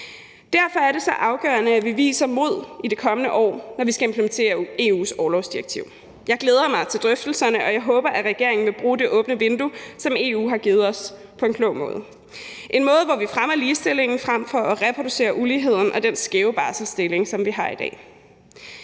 Derfor er det så afgørende, at vi viser mod i det kommende år, når vi skal implementere EU's orlovsdirektiv. Jeg glæder mig til drøftelserne, og jeg håber, at regeringen vil bruge det åbne vindue, som EU har givet os, på en klog måde – en måde, hvor vi fremmer ligestillingen frem for at reproducere uligheden og den skæve barselsdeling, vi har i dag.